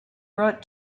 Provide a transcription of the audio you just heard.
brought